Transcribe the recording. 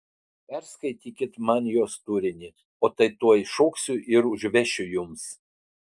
perskaitykit man jos turinį o tai tuoj šoksiu ir užvešiu jums